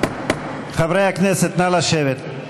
חברי הכנסת, נא לשבת.